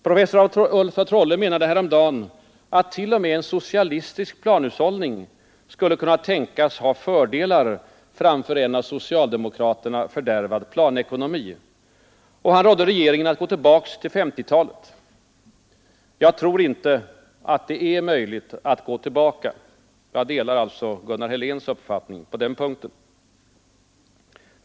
Professor Ulf af Trolle menade häromdagen att t.o.m. en socialistisk planhushållning skulle kunna tänkas ha fördelar framför en av socialdemokraterna fördärvad planekonomi. Han rådde regeringen att gå tillbaka till 1950-talet. Jag tror inte att det är möjligt att gå tillbaka — jag delar alltså Gunnar Heléns uppfattning på den punkten.